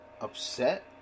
upset